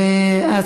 ו-11744.